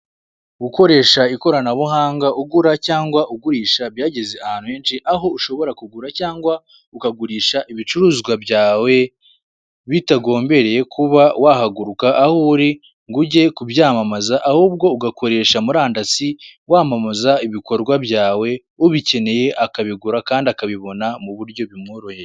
Gukoresha ikoranabuhanga ugura cyangwa ugurisha byageze ahantu henshi aho ushobora kugura cyangwa ukagurisha ibicuruzwa byawe bitagombereye kuba wahaguruka aho uri ngo uge kwamamaza ahubwo ugakoresha murandasi wamamaza ibikorwa byawe ubikeneye akabigura kandi akabibona mu buryo bumworoheye.